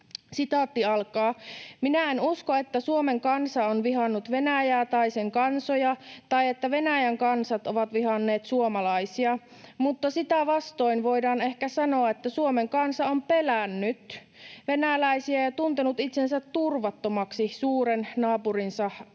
nyt toistaa: ”Minä en usko, että Suomen kansa on vihannut Venäjää tai sen kansoja tai että Venäjän kansat ovat vihanneet suomalaisia. Mutta sitä vastoin voidaan ehkä sanoa, että Suomen kansa on pelännyt venäläisiä ja tuntenut itsensä turvattomaksi suuren naapurinsa